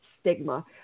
stigma